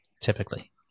typically